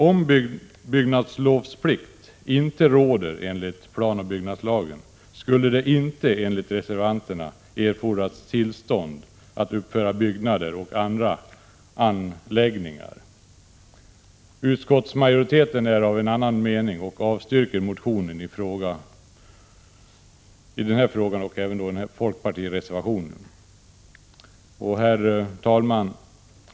Om byggnadslovsplikt inte råder enligt planoch bygglagen skulle det enligt reservanterna inte erfordras tillstånd för att uppföra byggnader och andra anläggningar. Utskottsmajoriteten är av en annan mening och avstyrker motionen i denna del liksom även folkpartireservationen. Herr talman!